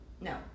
No